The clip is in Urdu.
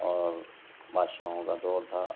اور بادشاہوں کا دور تھا